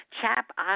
Chap